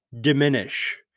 diminish